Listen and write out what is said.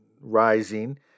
rising